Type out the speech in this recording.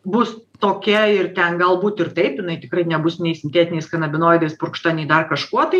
bus tokia ir ten galbūt ir taip jinai tikrai nebus nei sintetiniais kanabinoidais purkšta nei dar kažkuo tai